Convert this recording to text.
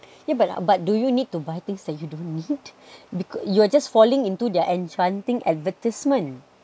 yeah but but do you need to buy things that you don't need because you're just falling into their enchanting advertisement